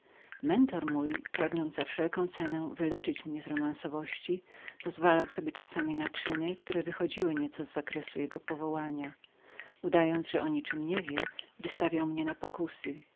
mentor mój pragnąc wyleczyć mnie z romansowości pozwalał sobie czasami postępków które wychodziły nieco z zakresu jego powołania udając jak gdyby o niczem nie wiedział często wystawiał mnie na pokusy